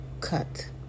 cut